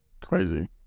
crazy